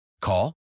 Call